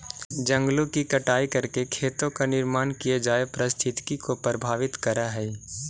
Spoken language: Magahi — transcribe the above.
जंगलों की कटाई करके खेतों का निर्माण किये जाए पारिस्थितिकी को प्रभावित करअ हई